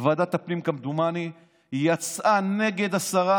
ועדת הפנים כמדומני, יצאה נגד השרה